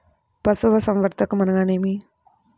పశుసంవర్ధకం అనగా ఏమి?